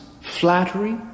flattery